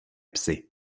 psy